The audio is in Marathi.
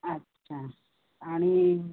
अच्छा आणि